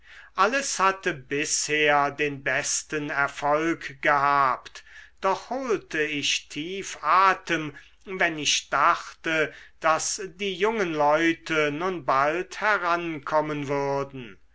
alles hatte bisher den besten erfolg gehabt doch holte ich tief atem wenn ich dachte daß die jungen leute nun bald herankommen würden